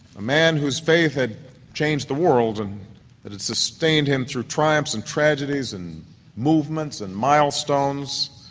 a man whose faith had changed the world and that had sustained him through triumphs and tragedies, and movements and milestones,